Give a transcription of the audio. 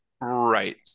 right